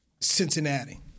Cincinnati